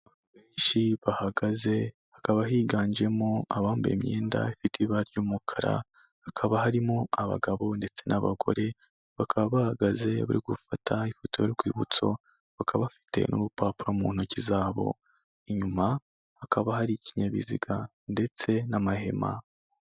Benshi bahagaze hakaba higanjemo abambaye imyenda ifite ibara ry'umukara, hakaba harimo abagabo ndetse n'abagore bakaba bahagaze bari gufata ifoto y'urwibutso, bakaba bafite n'urupapuro mu ntoki zabo, inyuma hakaba hari ikinyabiziga ndetse n'amahema.